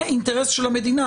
זה אינטרס של המדינה,